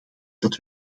dat